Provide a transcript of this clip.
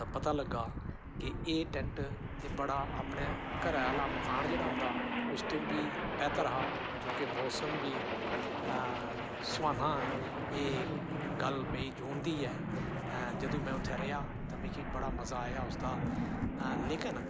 पता लग्गा कि एह् टैंट ते बड़ा अपने घरै आह्ला मकान जेह्ड़ा होंदा उस तों बी बेह्तर हा क्योंकि मोसम बी सोहाना एह् गल्ल मेई जून दी ऐ जदूं में उत्थें रेहा मिगी बड़ा मज़ा आया उसदा लेकिन